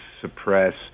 suppress